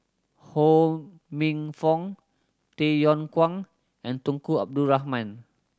Ho Minfong Tay Yong Kwang and Tunku Abdul Rahman